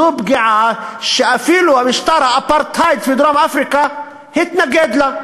זו פגיעה שאפילו משטר האפרטהייד בדרום-אפריקה התנגד לה.